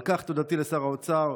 על כך תודתי לשר האוצר,